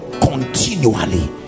continually